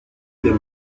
dans